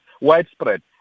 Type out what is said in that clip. widespread